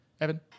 Evan